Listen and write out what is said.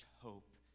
hope